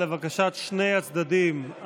לבקשת שני הצדדים,